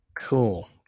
Cool